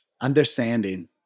Understanding